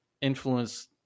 influence